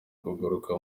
kuguruka